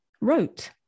wrote